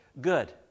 good